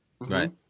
Right